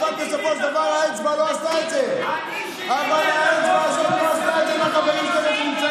אבל בסופו של דבר מהחברים שנמצאים פה,